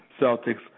Celtics